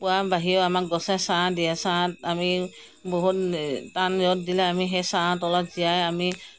পোৱা বাহিৰেও গছে আমাক ছাঁ দিয়ে ছাঁত আমি বহুত টান ৰ'দ দিলে আমি সেই ছাঁত জীয়াই আমি